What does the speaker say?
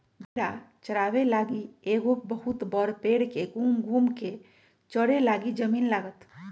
भेड़ा चाराबे लागी एगो बहुत बड़ भेड़ के घुम घुम् कें चरे लागी जमिन्न लागत